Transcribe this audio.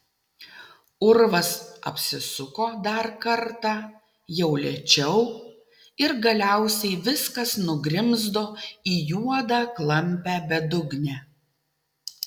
urvas apsisuko dar kartą jau lėčiau ir galiausiai viskas nugrimzdo į juodą klampią bedugnę